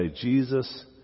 Jesus